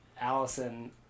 Allison